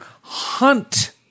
hunt